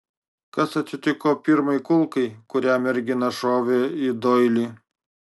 kas atsitiko pirmai kulkai kurią mergina šovė į doilį